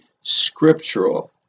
scriptural